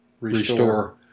restore